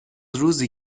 روزی